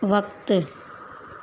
वक़्तु